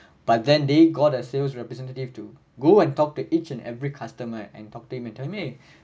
but then they got a sales representative to go and talk to each and every customer and talk to him and told me